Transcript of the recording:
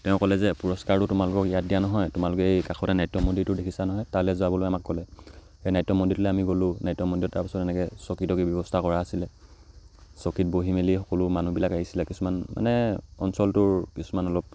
তেওঁ ক'লে যে পুৰস্কাৰটো তোমালোকক ইয়াত দিয়া নহয় তোমালোকে এই কাষতে নাট্য মন্দিৰটো দেখিছা নহয় তালা যাবলৈ আমাক ক'লে সেই নাট্য মন্দিৰটোলৈ আমি গ'লোঁ নাট্য মন্দিৰত তাৰপাছত এনেকৈ চকী তকী ব্যৱস্থা কৰা আছিলে চকীত বহি মেলি সকলো মানুহবিলাক আহিছিলে কিছুমান মানে অঞ্চলটোৰ কিছুমান অলপ